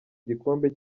gikombe